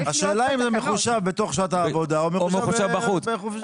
השאלה אם זה מחושב בתוך שעת העבודה או מחושב בחוץ.